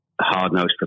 hard-nosed